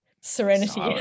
serenity